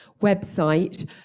website